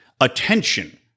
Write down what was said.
attention